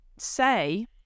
Say